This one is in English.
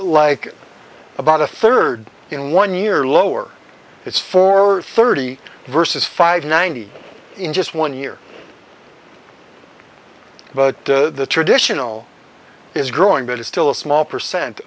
like about a third in one year lower it's four thirty versus five ninety in just one year but the traditional is growing but it's still a small percent